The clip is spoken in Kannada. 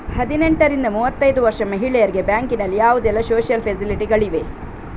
ಹದಿನೆಂಟರಿಂದ ಮೂವತ್ತೈದು ವರ್ಷ ಮಹಿಳೆಯರಿಗೆ ಬ್ಯಾಂಕಿನಲ್ಲಿ ಯಾವುದೆಲ್ಲ ಸೋಶಿಯಲ್ ಫೆಸಿಲಿಟಿ ಗಳಿವೆ?